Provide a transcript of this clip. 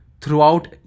throughout